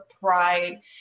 pride